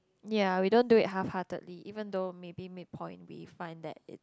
ya we don't do it half heartedly even though maybe midpoint we find that it's